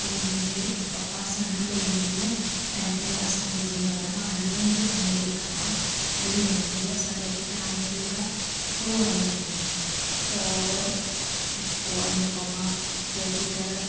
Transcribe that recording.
तूं मुंहिंजे पप्पा सां न मिलंदीअ ऐं तूं असांजे जीवन मां हली वञु तूं अमेरिका मां हली वञु तूं असांजे पुठियां अमेरिका छो आई आहीं त पोइ अनुपमा चए थी त